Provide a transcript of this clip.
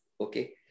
Okay